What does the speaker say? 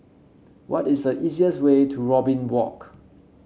what is the easiest way to Robin Walk